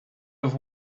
have